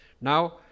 Now